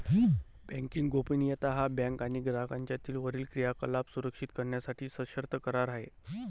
banking गोपनीयता हा bank आणि ग्राहक यांच्यातील वरील क्रियाकलाप सुरक्षित करण्यासाठी सशर्त करार आहे